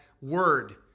word